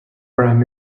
prime